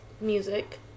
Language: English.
music